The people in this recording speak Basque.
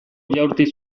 jaurti